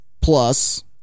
plus